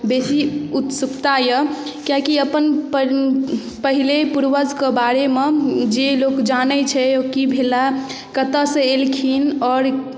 बेसी उत्सुकता यए किएकि अपन प पहले पूर्वजके बारेमे जे लोक जानै छै ओ की भेला कतयसँ एलखिन आओर